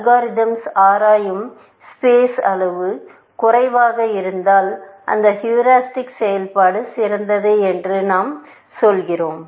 algorithms ஆராயும் space அளவு குறைவாக இருந்தால் அந்த ஹீரிஸ்டிக்செயல்பாடு சிறந்தது என்று நாம் சொல்கிறோம்